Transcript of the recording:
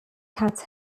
cats